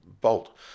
Bolt